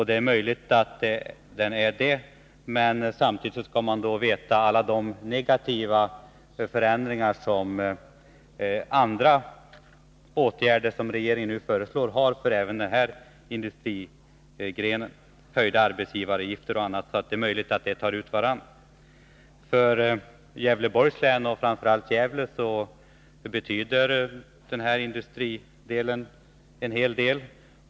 Det är möjligt, men samtidigt skall vi tänka på alla de negativa konsekvenser som regeringens åtgärder medför även för denna industrigren, höjningen av arbetsgivaravgifterna m.m. Möjligen tar det ut vartannat. För Gävleborgs län, framför allt för Gävle, betyder den här industrigrenen en hel del.